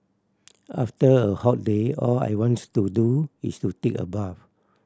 after a hot day all I wants to do is to take a bath